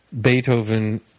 Beethoven